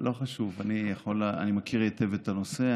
לא חשוב, אני מכיר היטב את הנושא.